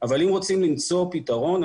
אבל אם רוצים למצוא פתרון,